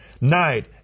night